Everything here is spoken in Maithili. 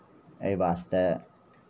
एहि वास्ते